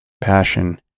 passion